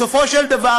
בסופו של דבר,